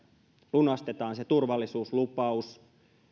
lunastetaan se turvallisuuslupaus